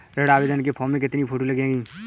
ऋण आवेदन के फॉर्म में कितनी फोटो लगेंगी?